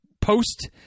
post